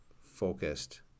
focused